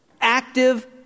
active